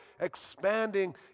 expanding